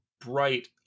bright